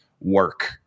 work